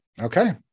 Okay